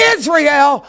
Israel